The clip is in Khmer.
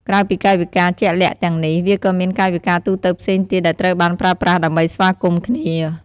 ក្រៅពីកាយវិការជាក់លាក់ទាំងនេះ វាក៏មានកាយវិការទូទៅផ្សេងទៀតដែលត្រូវបានប្រើប្រាស់ដើម្បីស្វាគមន៍គ្នា។